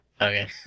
Okay